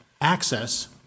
access